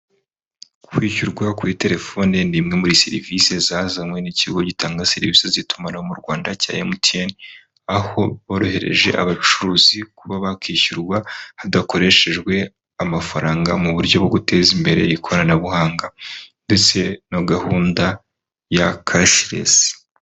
Kwishyurwa kuri telefoni ni imwe muri serivisi zazanywe n'ikigo gitanga serivisi z'itumanaho mu Rwanda cya MTN aho borohereje abacuruzi kuba bakishyurwa hadakoreshejwe amafaranga mu buryo bwo guteza imbere ikoranabuhanga ndetse na gahunda ya cashless.